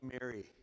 Mary